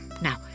Now